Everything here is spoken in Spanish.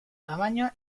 tamaño